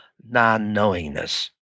non-knowingness